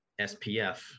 SPF